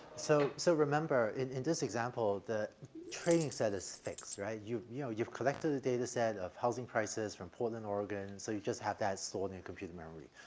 so so remember, in in this example, the training set is fixed, right? you know you've collected the data set of housing prices from portland, oregon so you just have that stored in your computer memory.